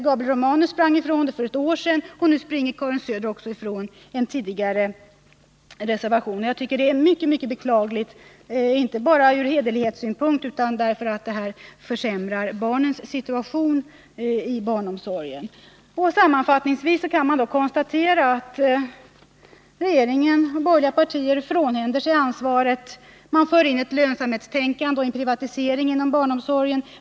Gabriel Romanus sprang ifrån det för ett år sedan, och nu springer Karin Söder också ifrån den tidigare reservationen. Jag tycker att detta är mycket beklagligt, inte bara från hederlighetssynpunkt utan därför att detta försämrar barnens situation i barnomsorgen. Sammanfattningsvis kan man konstatera att regeringen frånhänder sig ansvaret. Man för in ett lönsamhetstänkande och en privatisering inom barnomsorgen.